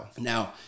Now